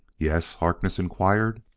yes? harkness inquired.